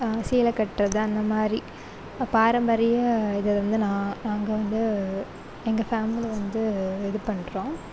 சீலை கட்டுறது அந்தமாதிரி பாரம்பரிய இதை வந்து நான் நாங்கள் வந்து எங்கள் ஃபேமலி வந்து இது பண்ணுறோம்